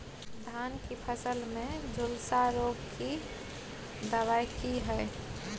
धान की फसल में झुलसा रोग की दबाय की हय?